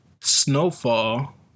Snowfall